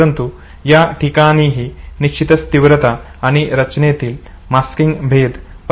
परंतु या ठिकाणीही निश्चितच तीव्रता आणि रचनेतील मास्किंग भेद परिणामकारक ठरू शकतो